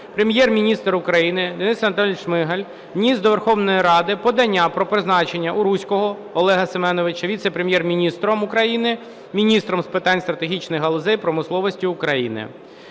Прем'єр-міністр України Денис Анатолійович Шмигаль вніс до Верховної Ради подання про призначення Уруського Олега Семеновича віце-прем'єр-міністром України – міністром з питань стратегічних галузей промисловості України.